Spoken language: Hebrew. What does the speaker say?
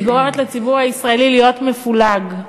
והיא גורמת לציבור הישראלי להיות מפולג.